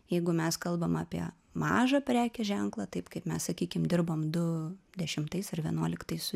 jeigu mes kalbam apie mažą prekės ženklą taip kaip mes sakykim dirbom du dešimtais ir vienuoliktais su